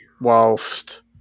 whilst